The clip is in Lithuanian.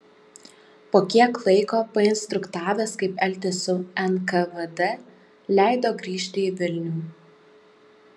po kiek laiko painstruktavęs kaip elgtis su nkvd leido grįžti į vilnių